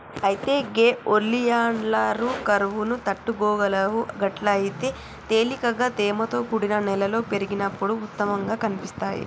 అయితే గే ఒలియాండర్లు కరువును తట్టుకోగలవు గట్లయితే తేలికగా తేమతో కూడిన నేలలో పెరిగినప్పుడు ఉత్తమంగా కనిపిస్తాయి